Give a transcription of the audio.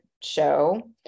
show